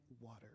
water